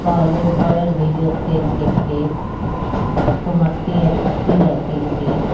पहले बैल भी जोतते थे खेत तो मट्टी अच्छी रहती थी